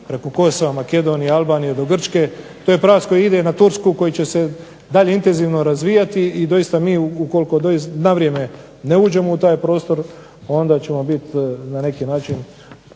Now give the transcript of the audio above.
preko Kosova, Makedonije, Albanije do Grčke. To je pravac koji ide na Tursku koji će se dalje intenzivno razvijati. I doista mi ukoliko na vrijeme ne uđemo u taj prostor onda ćemo biti na neki način